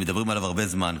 שמדברים עליו הרבה זמן.